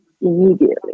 immediately